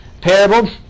parable